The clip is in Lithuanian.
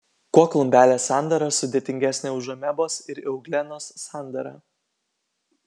kuo klumpelės sandara sudėtingesnė už amebos ir euglenos sandarą